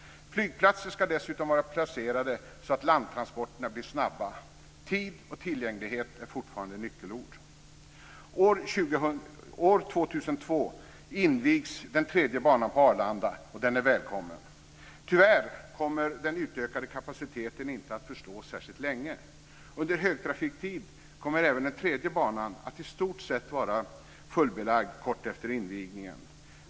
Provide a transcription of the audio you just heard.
Flygplatser ska dessutom vara placerade så att landtransporterna blir snabba. Tid och tillgänglighet är fortfarande nyckelord. År 2002 invigs tredje banan på Arlanda och den är välkommen. Tyvärr kommer den utökade kapaciteten inte att förslå särskilt länge. Under högtrafik kommer även tredje banan att i stort sett vara fullbelagd kort efter invigningen.